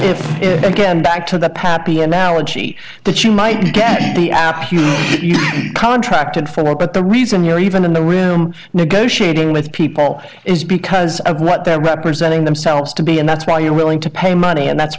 back to the pappy analogy that you might have contracted for but the reason you're even in the when negotiating with people is because of what they're representing themselves to be and that's why you're willing to pay money and that's